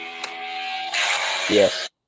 yes